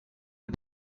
for